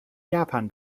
japan